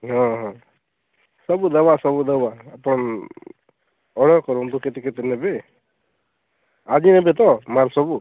ହଁ ହଁ ସବୁ ଦବା ସବୁ ଦବା ଆପଣ ଅର୍ଡ଼ର୍ କରନ୍ତୁ କେତେ କେତେ ନେବେ ଆଜି ନେବେ ତ ମାଲ୍ ସବୁ